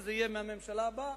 שזה יהיה מהממשלה הבאה.